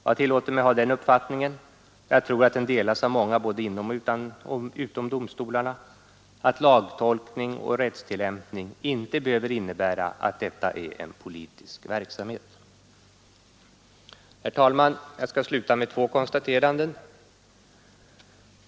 Jag tillåter mig ha den uppfattningen — och jag tror att den delas av många både inom och utom domstolarna — att lagtolkning och rättstillämpning inte behöver innebära att detta är en politisk verksamhet. Herr talman! Jag skall sluta med två konstateranden.